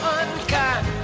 unkind